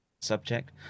subject